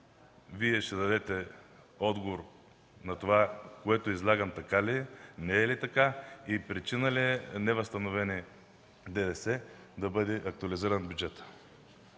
Вие да дадете отговор това, което излагам, така ли е, не е ли така и причина ли е невъзстановеният ДДС да бъде актуализиран бюджетът.